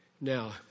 Now